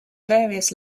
various